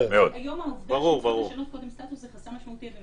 היום העובדה שהם צריכים קודם לשנות סטטוס זה חסם משמעותי.